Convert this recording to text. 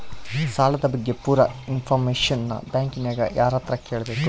ಸಾಲದ ಬಗ್ಗೆ ಪೂರ ಇಂಫಾರ್ಮೇಷನ ಬ್ಯಾಂಕಿನ್ಯಾಗ ಯಾರತ್ರ ಕೇಳಬೇಕು?